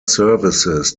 services